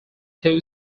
two